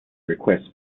requests